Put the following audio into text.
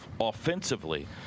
offensively